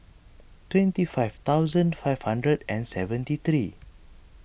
twenty five thousand five hundred and seventy three